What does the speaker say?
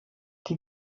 die